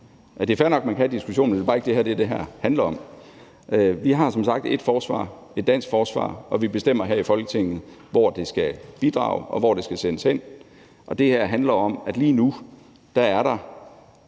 Det er fair nok, at man kan have diskussionen, men det er bare ikke det, som det her handler om. Vi har som sagt ét forsvar, et dansk forsvar, og vi bestemmer her i Folketinget, hvor det skal bidrage, og hvor det skal sendes hen, og det her handler om, at der lige nu er huller